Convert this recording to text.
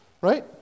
Right